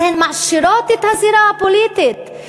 הן מעשירות את הזירה הפוליטית,